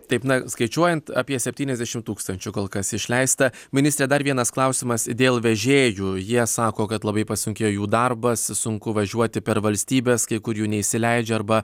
taip na skaičiuojant apie septyniasdešimt tūkstančių kol kas išleista ministre dar vienas klausimas dėl vežėjų jie sako kad labai pasunkėjo jų darbas sunku važiuoti per valstybes kai kur jų neįsileidžia arba